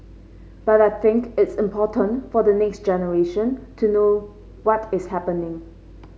but I think it's important for the next generation to know what is happening